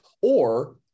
or-